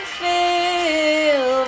feel